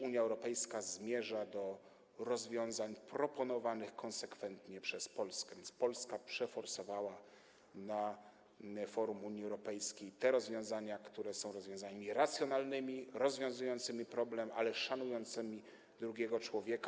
Unia Europejska zmierza do rozwiązań proponowanych konsekwentnie przez Polskę, więc Polska przeforsowała na forum Unii Europejskiej rozwiązania, które są rozwiązaniami racjonalnymi, rozwiązującymi problem, ale szanującymi drugiego człowieka.